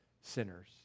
sinners